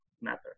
matter